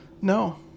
No